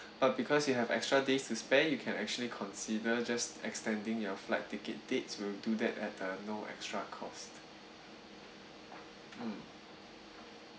but because you have extra days to spend you can actually consider just extending your flight ticket dates we'll do that at a no extra cost mm